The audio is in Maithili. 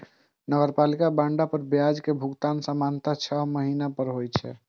नगरपालिका बांड पर ब्याज के भुगतान सामान्यतः छह महीना पर होइ छै